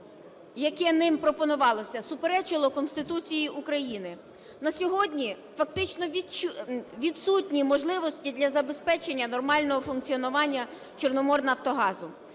яке ним пропонувалося, суперечило Конституції України. На сьогодні фактично відсутні можливості для забезпечення нормального функціонування "Чорноморнафтогазу".